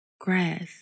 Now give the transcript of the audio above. Grass